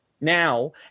now